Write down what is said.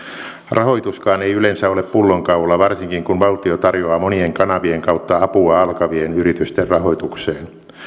rahoituskaan ei yleensä ole pullonkaula varsinkin kun valtio tarjoaa monien kanavien kautta apua alkavien yritysten rahoitukseen